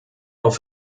auf